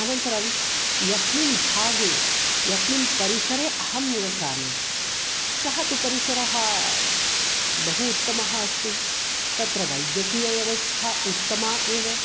अनन्तरं यस्मिन् भागे यस्मिन् परिसरे अहं निवसामि सः तु परिसरः बहु उत्तमः अस्ति तत्र वैद्यकीयव्यवस्था उत्तमा एव